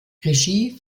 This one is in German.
regie